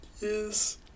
yes